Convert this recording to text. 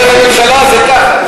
לשכנע את הממשלה זה קל.